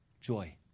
joy